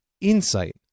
insight